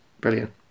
brilliant